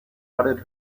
outed